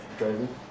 driving